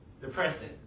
depressing